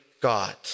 God